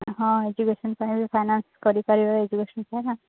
ହଁ ଏଜୁକେସନ୍ ପାଇଁ ବି ଫାଇନାନ୍ସ କରିପାରିବେ ଏଜୁକେସନ୍ ଫାଇନାନ୍ସ